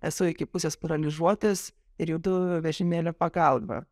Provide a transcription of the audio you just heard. esu iki pusės paralyžiuotas ir judu vežimėlio pagalba